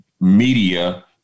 media